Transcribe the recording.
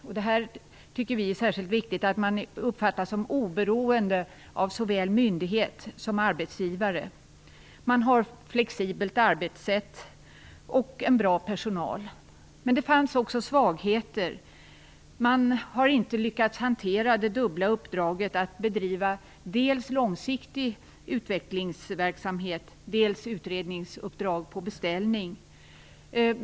Vi tycker att det är särskilt viktigt att man uppfattas som oberoende av såväl myndighet som arbetsgivare. Man har flexibelt arbetssätt och en bra personal. Men det fanns också svagheter. Man har inte lyckats hantera det dubbla uppdraget att förbereda dels långsiktig utvecklingsverksamhet, dels utredningsuppdrag på beställning.